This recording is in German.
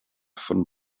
von